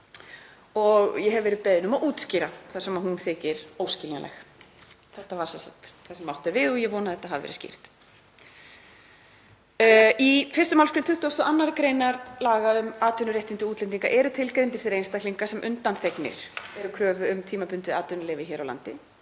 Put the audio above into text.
og ég hef verið beðin um að útskýra þar sem hún þykir óskiljanleg. Þetta er það sem átt er við og ég vona að þetta hafi verið skýrt. Í 1. mgr. 22. gr. laga um atvinnuréttindi útlendinga eru tilgreindir þeir einstaklingar sem undanþegnir eru kröfu um tímabundið atvinnuleyfi hér á landi.